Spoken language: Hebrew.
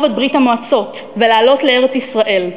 את ברית-המועצות ולעלות לארץ-ישראל.